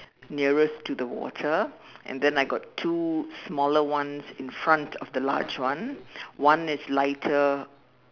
nearest to the water and then I got two smaller ones in front of the large one one is lighter